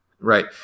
right